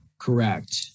Correct